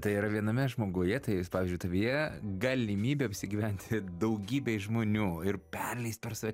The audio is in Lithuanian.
tai yra viename žmoguje tai pavyzdžiui tavyje galimybė apsigyventi daugybei žmonių ir perleist per save